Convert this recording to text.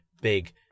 big